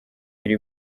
iri